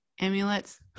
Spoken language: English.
amulets